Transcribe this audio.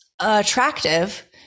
attractive